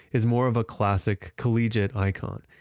is more of a classic collegiate icon.